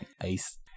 Ice